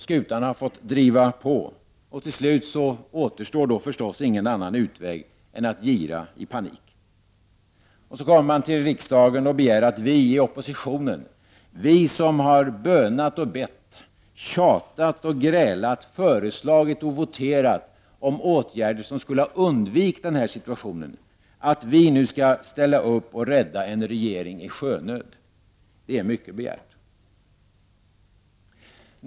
Skutan har fått driva på. Och till slut återstår då förstås ingen annan utväg än att gira i panik. Så kommer regeringen till riksdagen och begär att vi i oppositionen — som bönat och bett, tjatat och grälat, föreslagit och voterat om åtgärder som skulle ha gjort att vi undvikit den här situationen — skall rädda en regering i sjönöd. Det är mycket begärt.